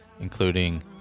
including